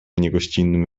niegościnnym